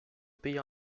payer